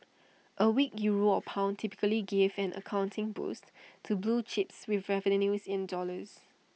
A weak euro or pound typically give an accounting boost to blue chips with revenues in dollars